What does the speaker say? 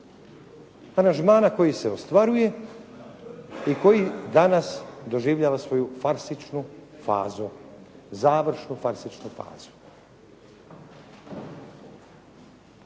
aranžmana koji se ostvaruje i koji danas doživljava svoju farsičnu fazu, završnu farsičnu fazu.